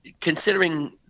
considering